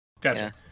Gotcha